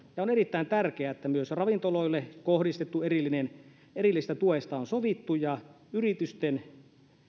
ja on erittäin tärkeää että myös ravintoloille kohdistetusta erillisestä tuesta on sovittu ja yritysten